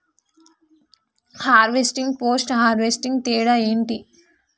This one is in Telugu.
హార్వెస్టింగ్, పోస్ట్ హార్వెస్టింగ్ తేడా ఏంటి?